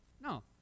No